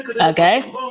Okay